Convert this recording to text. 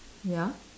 ya